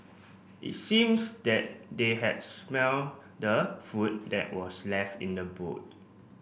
it seems that they had smelt the food that was left in the boot